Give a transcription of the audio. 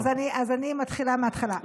טוב, אז אני מתחילה מההתחלה.